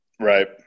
Right